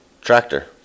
tractor